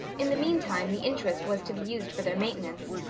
in the meantime the interest was to be used for their maintenance.